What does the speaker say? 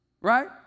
Right